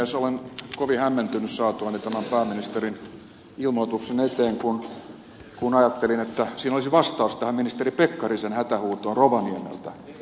olen kovin hämmentynyt saatuani tämän pääministerin ilmoituksen eteeni kun ajattelin että siinä olisi vastaus tähän ministeri pekkarisen hätähuutoon rovaniemeltä